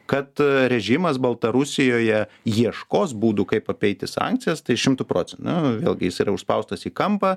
kad režimas baltarusijoje ieškos būdų kaip apeiti sankcijas tai šimtu procentų na vėlgi jis yra užspaustas į kampą